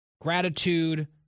gratitude